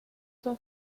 son